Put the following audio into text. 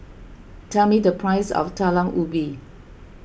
tell me the price of Talam Ubi